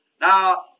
Now